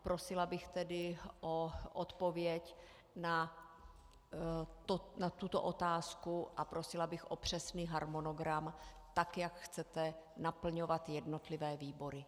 Prosila bych tedy o odpověď na tuto otázku a prosila bych o přesný harmonogram tak, jak chcete naplňovat jednotlivé výbory.